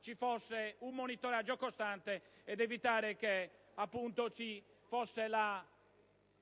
ci sia un monitoraggio costante, ad evitare